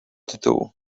tytułu